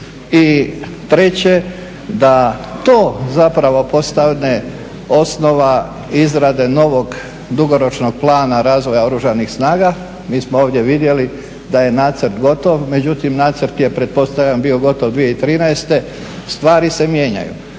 i treće, da to zapravo postane osnova izrade novog dugoročnog plana razvoja Oružanih snaga, mi smo ovdje vidjeli da je nacrt gotov, međutim nacrt je pretpostavljam bio gotovo 2013., stvari se mijenjaju,